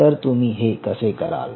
तर तुम्ही हे कसे कराल